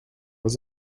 was